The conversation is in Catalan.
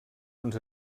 uns